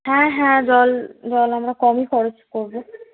হ্যাঁ হ্যাঁ জল জল আমরা কমই খরচ করবো